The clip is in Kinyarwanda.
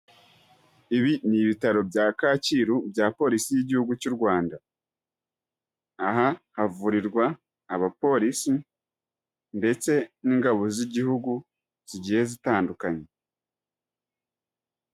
Ibi ni ibitaro bya kacyiru bya polisi y'igihugu cy'u rwanda. Aha havurirwa abapolisi ndetse n'ingabo z'igihugu zigiye zitandukanye.